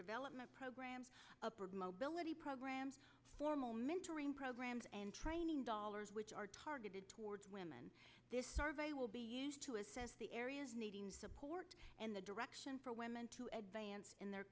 development programs upward mobility programs formal mentoring programs and training dollars which are targeted towards women this survey will be used to assess the areas needing support and the direction for women to advance in their